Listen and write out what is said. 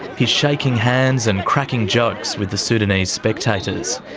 he's shaking hands and cracking jokes with the sudanese spectators.